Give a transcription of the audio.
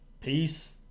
Peace